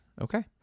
Okay